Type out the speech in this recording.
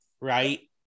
right